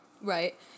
Right